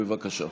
בבקשה.